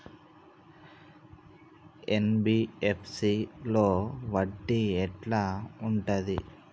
NBFC లో వడ్డీ ఎట్లా ఉంటది?